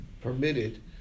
permitted